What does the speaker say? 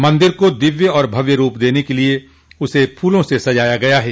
मंदिर को दिव्य और भव्य रूप देने के लिये फूलों से सजाया गया है